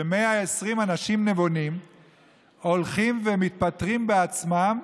ש-120 אנשים נבונים הולכים ומתפטרים בעצמם.